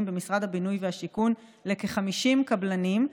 במשרד הבינוי והשיכון לכ-50 קבלנים,